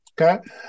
Okay